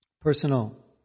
Personal